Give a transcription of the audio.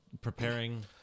preparing